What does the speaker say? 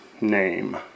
name